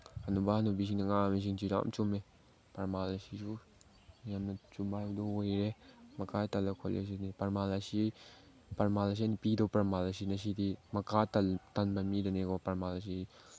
ꯍꯅꯨꯕ ꯍꯅꯨꯕꯤꯁꯤꯡꯅ ꯉꯥꯡꯉꯤꯁꯤꯡꯁꯤ ꯌꯥꯝ ꯆꯨꯝꯃꯤ ꯄ꯭ꯔꯃꯥꯟ ꯑꯁꯤꯁꯨ ꯌꯥꯝꯅ ꯆꯨꯝꯕ ꯍꯥꯏꯕꯗꯨ ꯑꯣꯏꯌꯦ ꯃꯈꯥ ꯇꯜꯂ ꯈꯣꯠꯂꯤ ꯁꯤꯗꯤ ꯄ꯭ꯔꯃꯥꯟ ꯑꯁꯤ ꯄ꯭ꯔꯃꯥꯟ ꯑꯁꯤ ꯑꯩꯅ ꯄꯤꯗꯧ ꯄ꯭ꯔꯃꯥꯟ ꯑꯁꯤ ꯉꯁꯤꯗꯤ ꯃꯈꯥ ꯇꯟꯕ ꯃꯤꯗꯅꯤꯀꯣ ꯄ꯭ꯔꯃꯥꯟ ꯑꯁꯤ